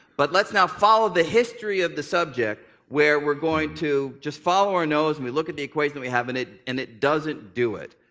but let's now follow the history of the subject where we're going to just follow our nose and we look at the equation that we have and it and it doesn't do it.